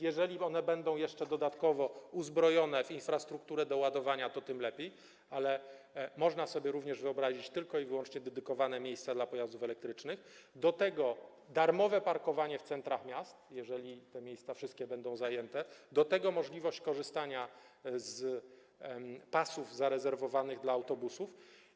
Jeżeli one będą jeszcze dodatkowo uzbrojone w infrastrukturę do ładowania, to tym lepiej, ale można sobie również wyobrazić tylko i wyłącznie dedykowane miejsca dla pojazdów elektrycznych, do tego darmowe parkowanie w centrach miast, jeżeli te miejsca wszystkie będą zajęte, do tego możliwość korzystania z pasów zarezerwowanych dla autobusów.